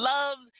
Love